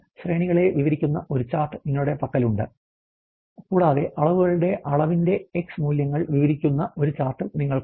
അതിനാൽ ശ്രേണികളെ വിവരിക്കുന്ന ഒരു ചാർട്ട് നിങ്ങളുടെ പക്കലുണ്ട് കൂടാതെ അളവുകളുടെ അളവിന്റെ എക്സ് മൂല്യങ്ങൾ വിവരിക്കുന്ന ഒരു ചാർട്ടും നിങ്ങൾക്കുണ്ട്